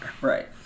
Right